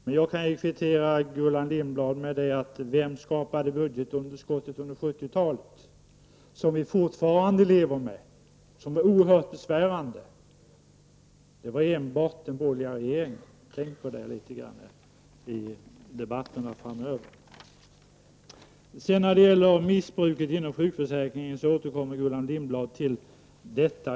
Men jag kan kvittera med frågan: Vem skapade budgetunderskottet på 1970-talet, som vi fortfarande lever med och som är oerhört besvärande? Det var enbart den borgerliga regeringen. Tänk på det litet i debatten! Gullan Lindblad återkommer till missbruket inom sjukförsäkringen.